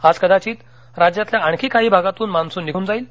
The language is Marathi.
आज कदाचित राज्यातल्या आणखी काही भागातून मान्सून निघून जाईल